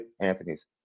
Anthony's